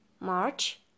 March